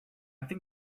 think